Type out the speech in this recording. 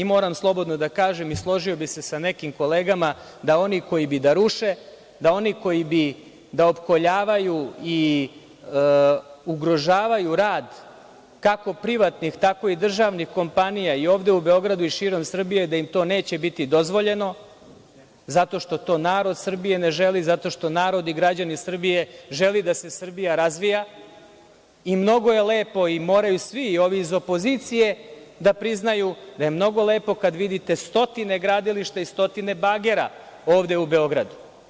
Moram slobodno da kažem i složio bih se sa nekim kolegama, da oni koji bi da ruše, da oni koji bi da opkoljavaju i ugrožavaju rad kako privatnih, tako i državnih kompanija i ovde u Beogradu i širom Srbije, da im to neće biti dozvoljeno, zato što to narod Srbije ne želi, zato što narod i građani Srbije žele da se Srbija razvija i mnogo je lepo i moraju svi i ovi iz opozicije da priznaju da je mnogo lepo kada vidite stotine gradilišta i stotine bagera ovde u Beogradu.